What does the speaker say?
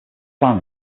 plan